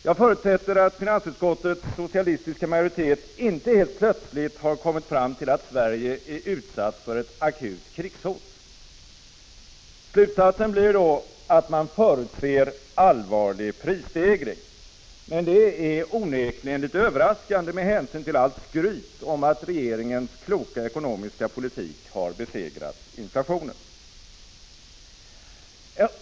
Jag förutsätter att finansutskottets socialistiska majoritet inte helt plötsligt har kommit fram till att Sverige är utsatt för ett akut krigshot. Slutsatsen blir då att man förutser allvarlig prisstegring. Men det är onekligen litet överraskande med hänsyn till allt skryt om att regeringens kloka ekonomiska politik har besegrat inflationen.